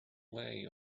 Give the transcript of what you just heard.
way